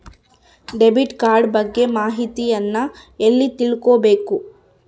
Debit card ಬಗ್ಗೆ ಮಾಹಿತಿಯನ್ನ ಎಲ್ಲಿ ತಿಳ್ಕೊಬೇಕು?